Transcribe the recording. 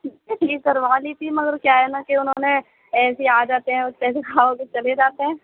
اس سے ٹھیک کروا لی تھی مگر کیا ہے نا کہ انہوں نے ایسے ہی آ جاتے ہیں اس پہ بھی کھا اوکے چلے جاتے ہیں